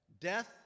Death